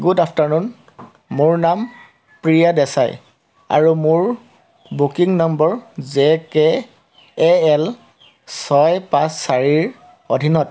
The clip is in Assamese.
গুড আফ্টাৰনুন মোৰ নাম প্ৰিয়া দেশাই আৰু মোৰ booking number J K A L ছয় পাঁচ চাৰিৰ অধীনত